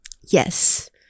Yes